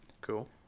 Cool